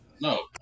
no